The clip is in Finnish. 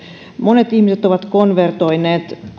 monet ihmiset ovat konvertoineet